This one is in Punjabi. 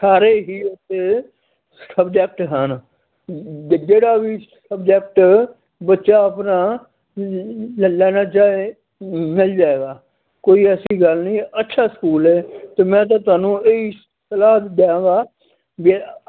ਸਾਰੇ ਹੀ ਉੱਥੇ ਸਬਜੈਕਟ ਹਨ ਜ ਜਿਹੜਾ ਵੀ ਸਬਜੈਕਟ ਬੱਚਾ ਆਪਣਾ ਲੈਣਾ ਚਾਹੇ ਮਿਲ ਜਾਏਗਾ ਕੋਈ ਐਸੀ ਗੱਲ ਨਹੀਂ ਅੱਛਾ ਸਕੂਲ ਹੈ ਅਤੇ ਮੈਂ ਤਾਂ ਤੁਹਾਨੂੰ ਇਹੀ ਸਲਾਹ ਦਿਆਂਗਾ ਜੇ